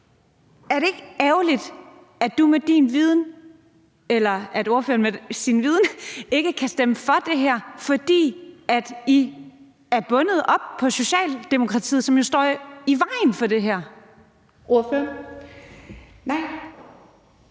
Er det ikke ærgerligt, at ordføreren med sin viden ikke kan stemme for det her, fordi I er bundet op på Socialdemokratiet, som jo står i vejen for det her? Kl. 10:28 Den